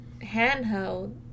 handheld